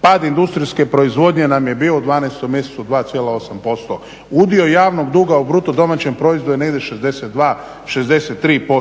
Pad industrijske proizvodnje nam je bio u 12.mjesecu 2,8%, udio javno duga u BDP-u je negdje 62, 63%.